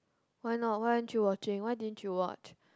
why not why aren't you watching why didn't you watch